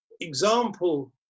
example